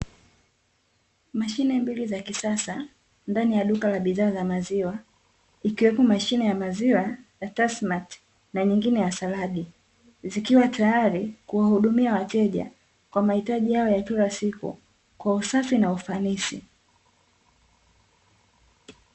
Mashine mbili za kisasa, ndani ya duka la bidhaa za maziwa, ikiwepo mashine ya maziwa ya Tasimati na nyingine ya Saladi, zikiwa tayari, kuwahudumia wateja kwa mahitaji yao ya kila siku, kwa usafi na ufanisi.